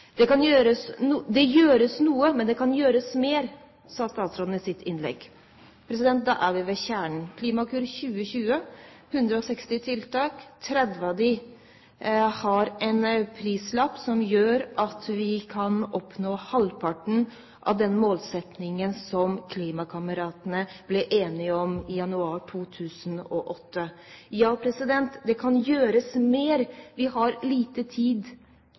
det kan gjøres mer, sa statsråden i sitt innlegg. Da er vi ved kjernen – Klimakur 2020, 160 tiltak. 30 av tiltakene har en prislapp som gjør at vi kan oppnå halvparten av den målsettingen som klimakameratene ble enige om i januar 2008. Ja, det kan gjøres mer. Vi har liten tid